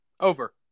Over